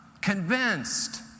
convinced